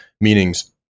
meanings